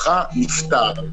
כתוב שהוא נפטר.